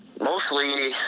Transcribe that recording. mostly